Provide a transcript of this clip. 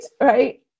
right